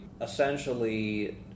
essentially